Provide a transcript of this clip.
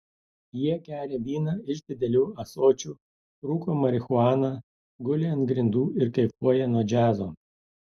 jie geria vyną iš didelių ąsočių rūko marihuaną guli ant grindų ir kaifuoja nuo džiazo